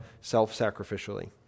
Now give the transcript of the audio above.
self-sacrificially